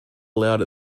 allowed